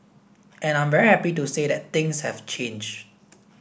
and I'm very happy to say that things have changed